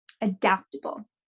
adaptable